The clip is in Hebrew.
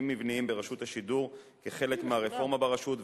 מבניים ברשות השידור כחלק מהרפורמה ברשות,